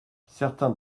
certains